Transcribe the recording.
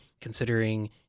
considering